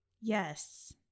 Yes